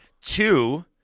Two